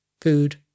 Food